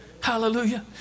hallelujah